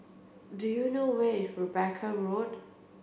do you know where is Rebecca Road